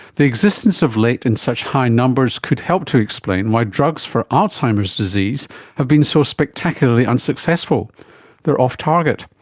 the existence of late in such high numbers could help to explain why drugs for alzheimer's disease have been so spectacularly unsuccessful they are off-target.